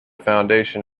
foundation